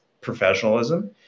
professionalism